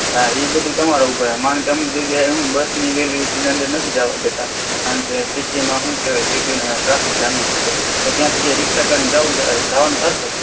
હા એ બધું તમારા ઉપર માનો કે અમુક જગ્યાએ હું બસની વેલિડીટીના અંદર નથી જાવા દેતા કારણ કે સિટીમાં શું કહેવાય ટ્રાફિક જામના લીધે તો ત્યાંથી જે રિક્ષા કરીને જવાનું થશે